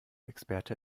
experte